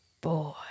boy